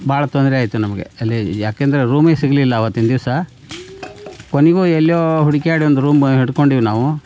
ಭಾಳ ತೊಂದರೆ ಆಯಿತು ನಮಗೆ ಅಲ್ಲಿ ಯಾಕೆಂದ್ರೆ ರೂಮೇ ಸಿಗಲಿಲ್ಲ ಆವತ್ತಿನ ದಿವಸ ಕೊನೆಗು ಎಲ್ಲೋ ಹುಡುಕಾಡಿ ಒಂದು ರೂಮ್ ಹಿಡಕೊಂಡ್ವಿ ನಾವು